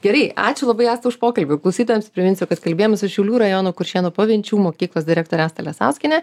gerai ačiū labai asta už pokalbį klausytojams priminsiu kad kalbėjomės su šiaulių rajono kuršėnų pavenčių mokyklos direktore asta lesauskiene